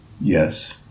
Yes